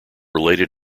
related